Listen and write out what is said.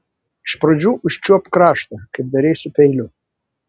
iš pradžių užčiuopk kraštą kaip darei su peiliu